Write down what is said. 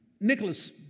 Nicholas